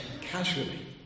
casually